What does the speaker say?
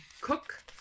Cook